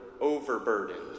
overburdened